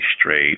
straight